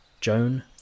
Joan